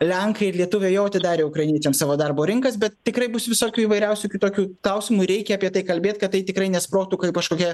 lenkai ir lietuviai jau atidarė ukrainiečiams savo darbo rinkas bet tikrai bus visokių įvairiausių kitokių klausimų ir reikia apie tai kalbėt kad tai tikrai nesprogtų kaip kažkokia